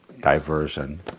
diversion